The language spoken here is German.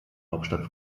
hauptstadt